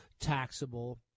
taxable